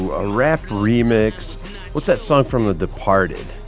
a rap remix what's that song from the departed?